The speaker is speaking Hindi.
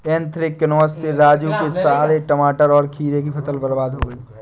एन्थ्रेक्नोज से राजू के सारे टमाटर और खीरे की फसल बर्बाद हो गई